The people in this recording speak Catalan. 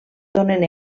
donen